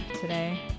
today